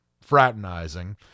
fraternizing